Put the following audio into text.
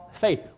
faith